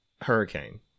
Hurricane